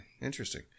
Interesting